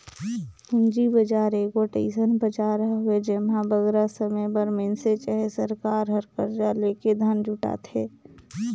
पूंजी बजार एगोट अइसन बजार हवे जेम्हां बगरा समे बर मइनसे चहे सरकार हर करजा लेके धन जुटाथे